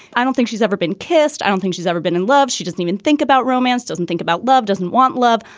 i don't think she's ever been kissed. i don't think she's ever been in love. she doesn't even think about romance, doesn't think about love, doesn't want love.